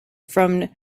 from